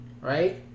right